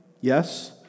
Yes